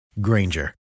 Granger